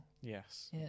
Yes